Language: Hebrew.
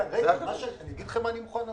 --- אני אגיד לכם מה אני מוכן לעשות,